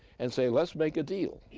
and say, let's make a deal,